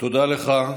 תודה לך.